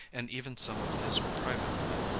and even some of his private men,